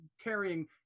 carrying